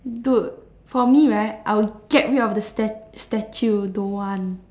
dude for me right I'll get rid of the stat~ statue don't want